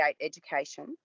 Education